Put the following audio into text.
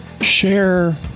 share